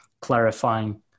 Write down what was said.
clarifying